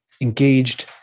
engaged